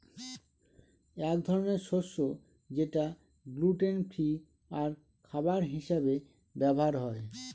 এক ধরনের শস্য যেটা গ্লুটেন ফ্রি আর খাবার হিসাবে ব্যবহার হয়